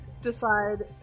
decide